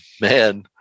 man